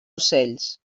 ocells